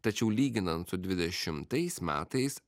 tačiau lyginant su dvidešimtais metais